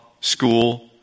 school